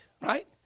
right